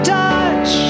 touch